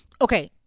Okay